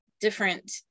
different